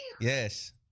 Yes